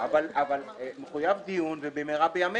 אבל מחויב דיון ובמהרה בימינו.